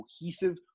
cohesive